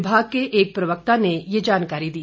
विभाग के एक प्रवक्ता ने ये जानकारी दी